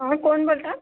हा कोण बोलत आहे